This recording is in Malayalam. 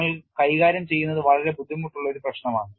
നിങ്ങൾ കൈകാര്യം ചെയ്യുന്നത് വളരെ ബുദ്ധിമുട്ടുള്ള ഒരു പ്രശ്നമാണ്